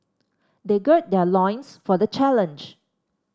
they gird their loins for the challenge